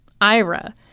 Ira